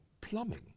plumbing